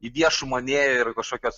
į viešumą nėjo ir į kažkokias